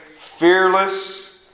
fearless